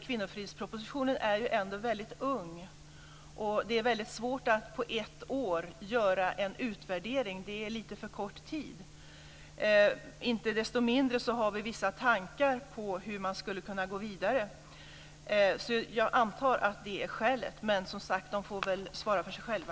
Kvinnofridspropositionen är ändå väldigt ung, och det är väldigt svårt att på ett år göra en utvärdering. Det är lite för kort tid. Inte desto mindre har vi vissa tankar på hur man skulle kunna gå vidare. Jag antar att det är skälet, men som sagt får de svara för sig själva.